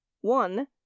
one